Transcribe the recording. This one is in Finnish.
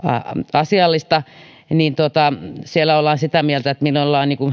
asiallista ja siellä ollaan sitä mieltä että minä